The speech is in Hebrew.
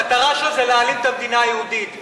המטרה שלו היא להעלים את המדינה היהודית,